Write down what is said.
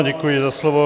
Děkuji za slovo.